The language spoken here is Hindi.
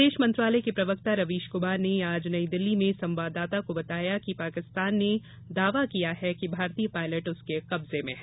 विदेश मंत्रालय के प्रवक्ता रवीश कुमार ने आज नई दिल्ली में संवाददाता को बताया कि पाकिस्तान ने दावा किया है कि भारतीय पायलट उसके कब्जे में है